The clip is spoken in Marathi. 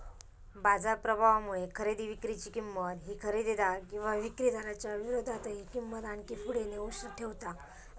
बाजार प्रभावामुळे खरेदी विक्री ची किंमत ही खरेदीदार किंवा विक्रीदाराच्या विरोधातही किंमत आणखी पुढे नेऊन ठेवता